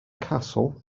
castle